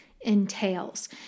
entails